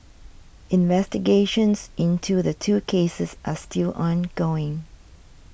investigations into the two cases are still ongoing